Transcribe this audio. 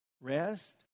Rest